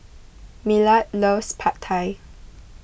Millard loves Pad Thai